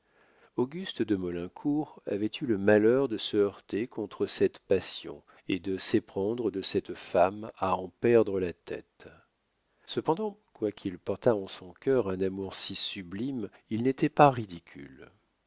auguste de maulincour avait eu le malheur de se heurter contre cette passion et de s'éprendre de cette femme à en perdre la tête cependant quoiqu'il portât en son cœur un amour si sublime il n'était pas ridicule